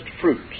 fruits